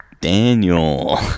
Daniel